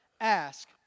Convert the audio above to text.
ask